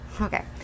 Okay